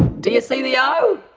do you see the o.